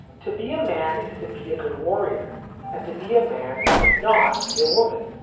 to be a man is to be a good warrior and to be a man is to not be a woman,